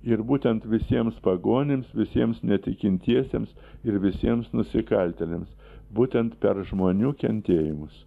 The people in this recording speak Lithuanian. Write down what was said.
ir būtent visiems pagonims visiems netikintiesiems ir visiems nusikaltėliams būtent per žmonių kentėjimus